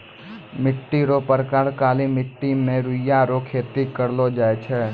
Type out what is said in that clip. मिट्टी रो प्रकार काली मट्टी मे रुइया रो खेती करलो जाय छै